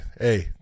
hey